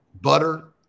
butter